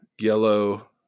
yellow